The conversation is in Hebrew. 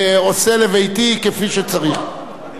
גם מנהל מחלקה היה עובד זוטר.